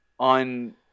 on